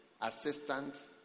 assistant